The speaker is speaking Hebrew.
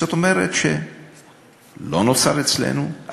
זאת אומרת שהוא לא נוצר אצלנו,